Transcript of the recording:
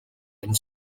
and